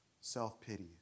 Self-pity